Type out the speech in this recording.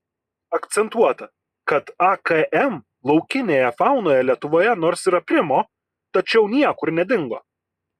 akcentuota kad akm laukinėje faunoje lietuvoje nors ir aprimo tačiau niekur nedingo